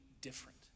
different